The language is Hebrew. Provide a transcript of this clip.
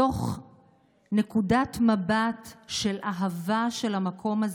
מתוך נקודת מבט של אהבה של המקום הזה,